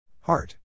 Heart